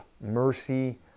mercy